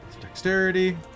Dexterity